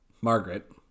Margaret